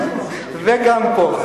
וגם פה.